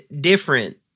different